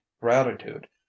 gratitude